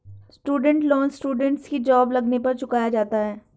student loan students की job लगने पर चुकाया जाता है